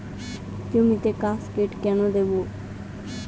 জমিতে কাসকেড কেন দেবো?